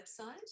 website